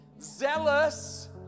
zealous